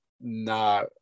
no